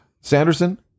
Sanderson